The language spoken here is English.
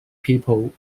people